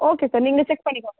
okay sir நீங்களே check பண்ணிக்கோங்க